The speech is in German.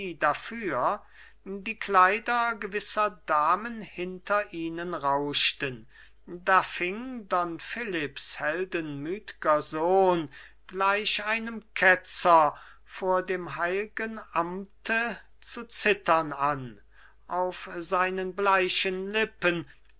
dafür die kleider gewisser damen hinter ihnen rauschten da fing don philipps heldenmütger sohn gleich einem ketzer vor dem heilgen amte zu zittern an auf seinen bleichen lippen